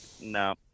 no